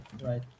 right